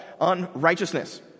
unrighteousness